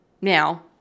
now